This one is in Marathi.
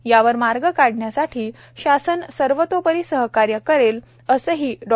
यावर मार्ग काढण्यासाठी शासन सर्वतोपरी सहकार्य करेल असे डॉ